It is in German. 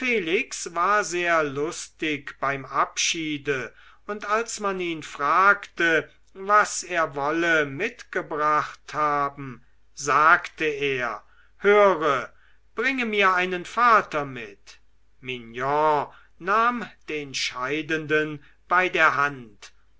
felix war sehr lustig beim abschied und als man ihn fragte was er wolle mitgebracht habe sagte er höre bringe mir einen vater mit mignon nahm den scheidenden bei der hand